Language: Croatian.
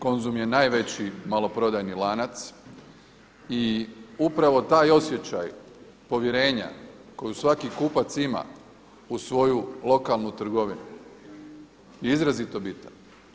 Konzum je najveći maloprodajni lanac i upravo taj osjećaj povjerenja koju svaki kupac ima u svoju lokalnu trgovinu je izrazito bitan.